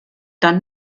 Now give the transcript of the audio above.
dann